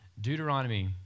Deuteronomy